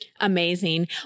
amazing